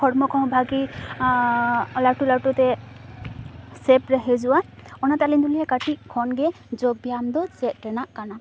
ᱦᱚᱲᱢᱚ ᱠᱚᱦᱚᱸ ᱵᱷᱟᱜᱮ ᱞᱟᱹᱴᱩ ᱞᱟᱹᱴᱩᱛᱮ ᱥᱮᱯ ᱨᱮ ᱦᱤᱡᱩᱜᱼᱟ ᱚᱱᱟᱛᱮ ᱟᱞᱤᱝ ᱫᱚᱞᱤᱝ ᱞᱟᱹᱭᱟ ᱠᱟᱹᱴᱤᱜ ᱠᱷᱚᱱᱜᱮ ᱡᱳᱜᱽ ᱵᱮᱭᱟᱢ ᱫᱚ ᱪᱮᱫ ᱨᱮᱱᱟᱜ ᱠᱟᱱᱟ